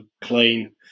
clean